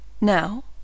Now